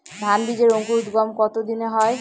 ধান বীজের অঙ্কুরোদগম কত দিনে হয়?